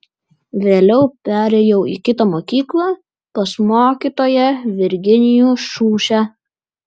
vėliau perėjau į kitą mokyklą pas mokytoją virginijų šiušę